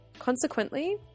Consequently